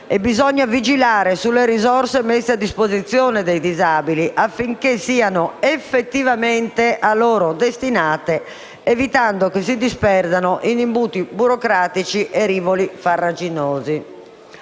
Bisogna vigilare sulle risorse messe a disposizione dei disabili affinché siano effettivamente loro destinate, evitando che si disperdano in imbuti burocratici e rivoli farraginosi.